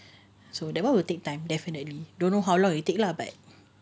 so that one will take time definitely don't know how long it take lah but